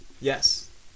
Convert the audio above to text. Yes